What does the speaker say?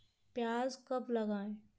प्याज कब लगाएँ?